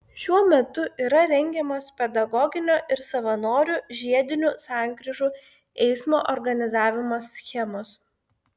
šiuo metu yra rengiamos pedagoginio ir savanorių žiedinių sankryžų eismo organizavimo schemos